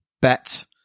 bet